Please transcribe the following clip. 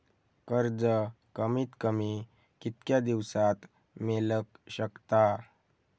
कर्ज कमीत कमी कितक्या दिवसात मेलक शकता?